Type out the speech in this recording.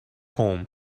home